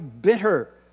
bitter